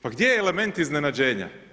Pa gdje je element iznenađenja?